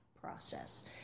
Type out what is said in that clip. process